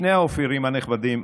שני האופירים הנכבדים,